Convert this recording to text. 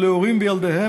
ולהורים וילדיהם,